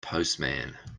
postman